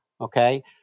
okay